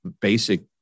basic